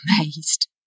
amazed